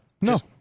No